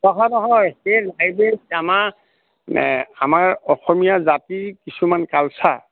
নহয় সেই লাইব্ৰেৰীত আমাৰ আমাৰ অসমীয়া জাতিৰ কিছুমান কালচাৰ